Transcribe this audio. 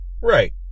Right